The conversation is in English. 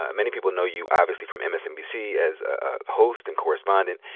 many people know you obviously from msnbc as a host and correspondent,